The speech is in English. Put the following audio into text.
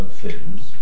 films